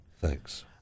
Thanks